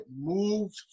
moved